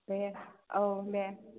दे औ दे